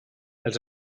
els